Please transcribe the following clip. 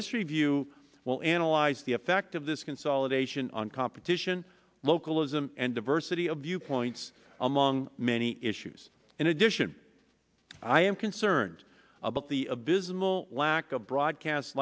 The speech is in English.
this review will analyze the effect of this consolidation on competition localism and diversity of viewpoints among many issues in addition i am concerned about the abysmal lack of broadcast